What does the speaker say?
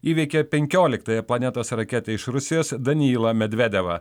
įveikė penkioliktąją planetos raketę iš rusijos danilą medvedevą